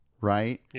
right